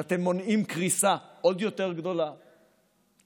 גם לליבם (אומרת בערבית: לשכלם, לליבם ולמחשבתם)